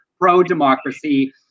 pro-democracy